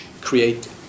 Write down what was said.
create